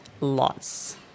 lots